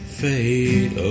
fade